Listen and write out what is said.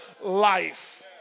life